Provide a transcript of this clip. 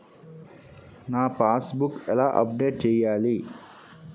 నా passbook ఎలా update చేయాలి?